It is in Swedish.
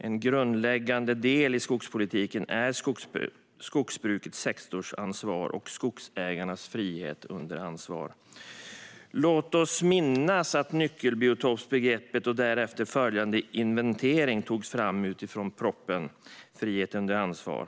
En grundläggande del av skogspolitiken är skogsbrukets sektorsansvar och skogsägarnas frihet under ansvar. Låt oss minnas att nyckelbiotopsbegreppet och därefter följande inventering togs fram utifrån propositionen om frihet under ansvar.